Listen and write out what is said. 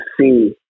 see